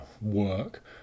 work